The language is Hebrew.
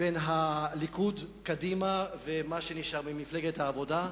בין הליכוד, קדימה ומה שנשאר ממפלגת העבודה,